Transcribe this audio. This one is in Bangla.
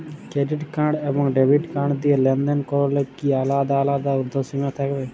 ক্রেডিট কার্ড এবং ডেবিট কার্ড দিয়ে লেনদেন করলে কি আলাদা আলাদা ঊর্ধ্বসীমা থাকবে?